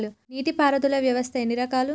నీటి పారుదల వ్యవస్థ ఎన్ని రకాలు?